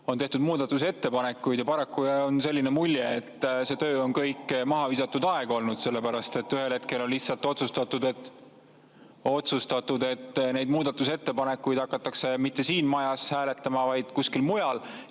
on tehtud muudatusettepanekuid, aga paraku jääb selline mulje, et see töö on kõik maha visatud aeg olnud, sellepärast et ühel hetkel on otsustatud, et neid muudatusettepanekuid ei hakata mitte siin majas hääletama, vaid kuskil mujal.